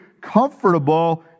comfortable